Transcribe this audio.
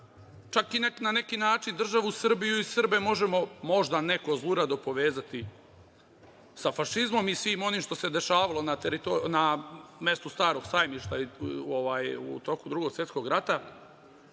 čak i na neki način državu Srbiju i Srbe možda neko zlurado povezati sa fašizmom i svim onim što se dešavalo na mestu Starog sajmišta u toku Drugog svetskog rata.